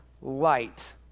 light